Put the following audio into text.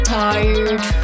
tired